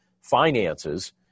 finances